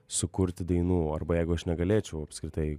sukurti dainų arba jeigu aš negalėčiau apskritai